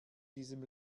diesem